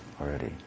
already